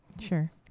Sure